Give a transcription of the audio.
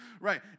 Right